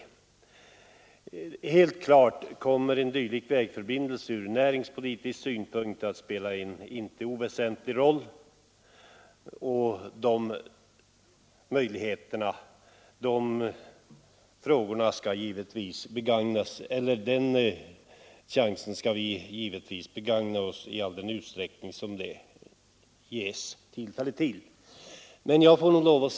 Det står helt klart att en dylik vägförbindelse kommer att spela en inte oväsentlig roll från näringspolitisk synpunkt, och det är en chans som vi givetvis skall begagna oss av i så stor utsträckning som möjligt.